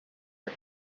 and